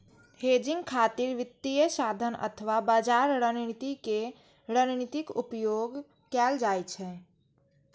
hedging खातिर वित्तीय साधन अथवा बाजार रणनीति के रणनीतिक उपयोग कैल जाइ छै